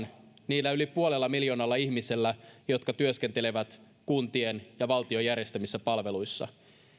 niillä yli puolella miljoonalla ihmisellä jotka työskentelevät kuntien ja valtion järjestämissä palveluissa